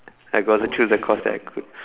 I got to choose the course that I could